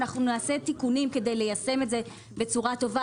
נעשה תיקונים כדי ליישם את זה בצורה טובה,